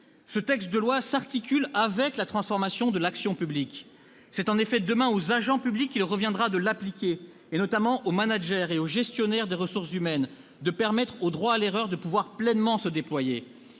Ce texte s'articule avec la transformation de l'action publique. C'est en effet demain aux agents publics qu'il reviendra de l'appliquer. Il reviendra notamment aux managers et aux gestionnaires des ressources humaines de permettre au droit à l'erreur de pleinement se déployer.